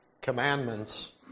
commandments